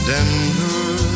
Denver